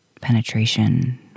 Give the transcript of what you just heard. penetration